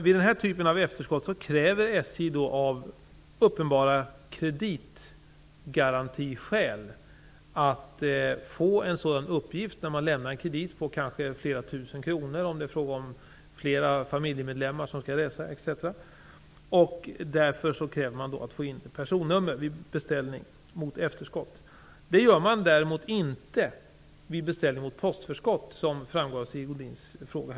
Vid den här typen av efterskott kräver SJ av uppenbara kreditgarantiskäl att få en sådan uppgift. Det kan vara fråga om en kredit på flera tusen kronor om flera familjemedlemmar skall resa. Därför krävs personnummer vid beställning mot efterskott. Det krävs däremot inte vid beställning mot postförskott, vilket framgår av Sigge Godins fråga.